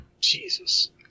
Jesus